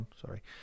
sorry